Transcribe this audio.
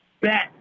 bet